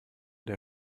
der